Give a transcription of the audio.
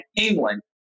England